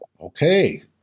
Okay